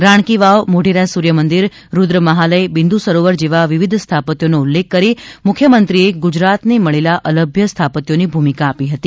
રાણ કી વાવ મોઢેરા સૂર્યમંદિર રૂદ્ર મહાલય બિન્દુ સરોવર જેવા વિવિઘ સ્થાપત્યોનો ઉલ્લેખ કરી મુખ્યમંત્રીશ્રીએ ગુજરાતને મળેલા અલભ્ય સ્થાપત્યોની ભૂમિકા આપી હતી